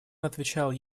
отвечал